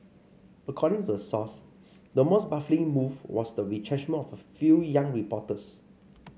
according to the source the most baffling move was the retrenchment of a few young reporters